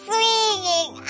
Swinging